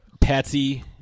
Patsy